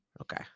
Okay